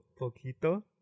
poquito